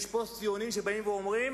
יש פוסט-ציונים שבאים ואומרים: